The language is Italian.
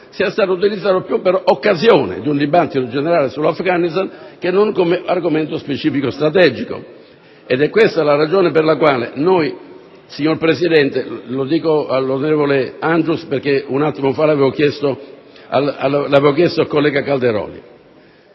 sia stato utilizzato più come occasione per un dibattito generale sull'Afghanistan che come argomento specifico strategico. È questa la ragione per la quale, signor Presidente (lo dico all'onorevole Angius, un attimo fa l'avevo chiesto al collega Calderoli),